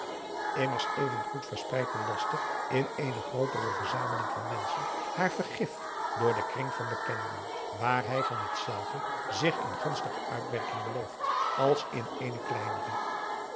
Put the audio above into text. immers even goed verspreidt de laster in eene grootere verzameling van menschen haar vergift door den kring van bekenden waar hij van hetzelve zich een gunstige uitwerking belooft als in eene kleinere